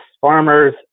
farmers